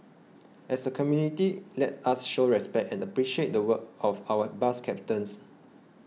as a community let us show respect and appreciate the work of our bus captains